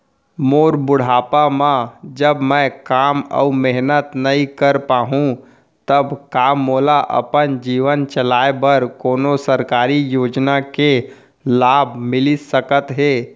मोर बुढ़ापा मा जब मैं काम अऊ मेहनत नई कर पाहू तब का मोला अपन जीवन चलाए बर कोनो सरकारी योजना के लाभ मिलिस सकत हे?